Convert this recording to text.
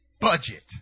Budget